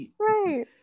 right